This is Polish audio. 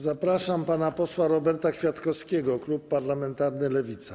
Zapraszam pana posła Roberta Kwiatkowskiego, klub parlamentarny Lewica.